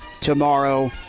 tomorrow